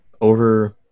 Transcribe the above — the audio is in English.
Over